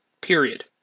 period